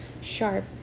sharp